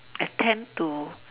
I tend to